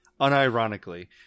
unironically